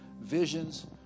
visions